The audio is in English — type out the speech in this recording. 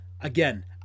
Again